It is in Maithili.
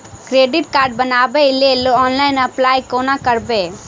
क्रेडिट कार्ड बनाबै लेल ऑनलाइन अप्लाई कोना करबै?